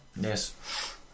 yes